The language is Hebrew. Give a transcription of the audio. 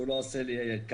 שהוא לא עושה לי כבוד,